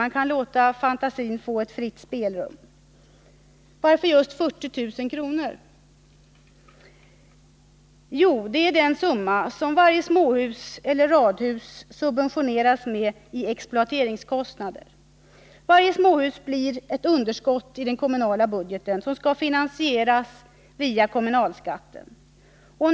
Man kan låta fantasin få fritt spelrum. Varför just 40 000 kr.? Jo, det är den summa som varje småhus eller radhus subventioneras med i exploateringskostnader. Varje småhus blir ett underskott i den kommunala budgeten, vilket skall finansieras via kommunalskatten.